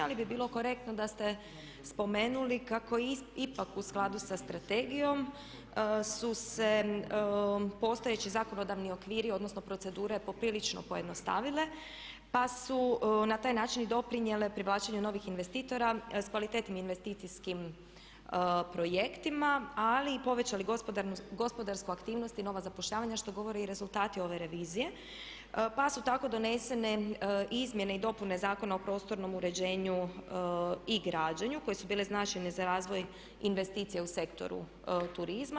Ali bi bilo korektno da ste spomenuli kako ipak u skladu sa Strategijom su se postojeći zakonodavni okviri, odnosno procedure poprilično pojednostavile, pa su na taj način i doprinijele privlačenju novih investitora s kvalitetnim investicijskim projektima, ali i povećali gospodarsku aktivnost i nova zapošljavanja što govore i rezultati ove revizije, pa su tako donesene izmjene i dopune Zakona o prostornom uređenju i građenju koje su bile značajne za razvoj investicija u Sektoru turizma.